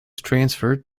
transferred